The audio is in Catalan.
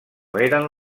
eren